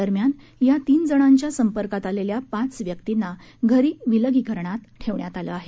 दरम्यान या तीन जणांच्या संपर्कात आलेल्या पाच व्यक्तींना घरी विलगीकरणात ठेवण्यात आलं आहे